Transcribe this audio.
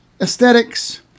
aesthetics